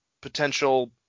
potential